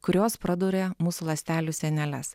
kurios praduria mūsų ląstelių sieneles